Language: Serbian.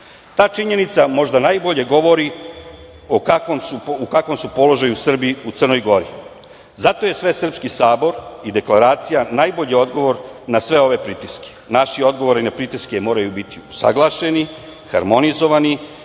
Ta činjenica možda najbolje govori u kakvom su položaju Srbi u Crnoj Gori. Zato je Svesrpski sabor i deklaracija najbolji odgovor na sve ove pritiske. Naši odgovori na pritiske moraju biti usaglašeni, harmonizovani,